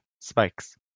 spikes